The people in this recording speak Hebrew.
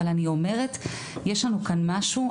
אבל יש לנו כאן משהו,